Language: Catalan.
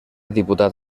diputat